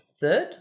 Third